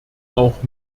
auch